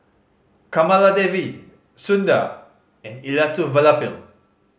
Kamaladevi Sundar and Elattuvalapil